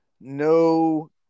no